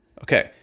Okay